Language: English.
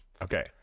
Okay